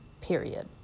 period